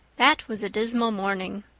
that was a dismal morning.